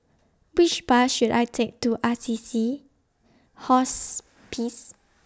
Which Bus should I Take to Assisi Hospice